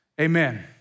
Amen